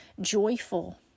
joyful